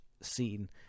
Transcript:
scene